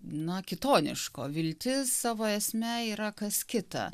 na kitoniško viltis savo esme yra kas kita